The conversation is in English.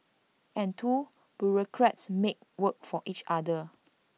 and two bureaucrats make work for each other